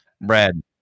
Brad